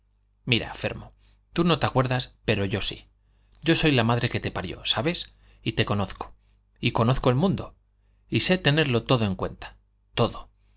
mira fermo tú no te acuerdas pero yo sí yo soy la madre que te parió sabes y te conozco y conozco el mundo y sé tenerlo todo en cuenta todo